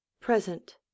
Present